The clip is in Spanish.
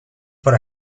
por